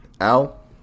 Al